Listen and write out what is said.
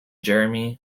jeremy